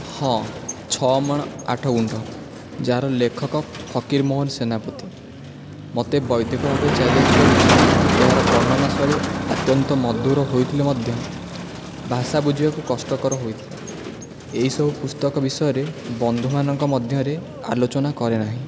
ହଁ ଛଅମାଣ ଆଠଗୁଣ୍ଠ ଯାହାର ଲେଖକ ଫକୀର ମୋହନ ସେନାପତି ମତେ ବୌଦ୍ଧିକ ଭାବେ ଚ୍ୟାଲେଞ୍ଜ କରିଛି ଏହାର ବର୍ଣ୍ଣନା ଶୈଳୀ ଅତ୍ୟନ୍ତ ମଧୁର ହୋଇଥିଲେ ମଧ୍ୟ ଭାଷା ବୁଝିବାକୁ କଷ୍ଟକର ହୋଇଥାଏ ଏଇସବୁ ପୁସ୍ତକ ବିଷୟରେ ବନ୍ଧୁମାନଙ୍କ ମଧ୍ୟରେ ଆଲୋଚନା କରେ ନାହିଁ